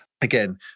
Again